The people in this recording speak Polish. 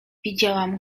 widziałam